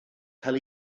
cael